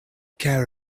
care